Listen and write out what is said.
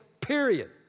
period